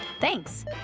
Thanks